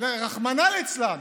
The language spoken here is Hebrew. רחמנא ליצלן,